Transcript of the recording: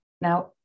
Now